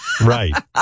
right